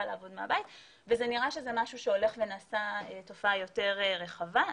וזה נראה שזה משהו שהולך ונעשה תופעה יותר רחבה.